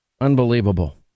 Unbelievable